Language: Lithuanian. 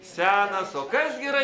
senas o kas gi yra